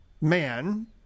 man